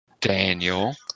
Daniel